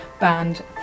banned